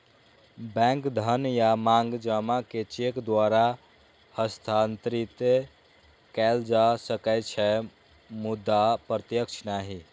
bank धन या मांग जमा कें चेक द्वारा हस्तांतरित कैल जा सकै छै, मुदा प्रत्यक्ष नहि